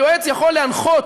היועץ יכול להנחות,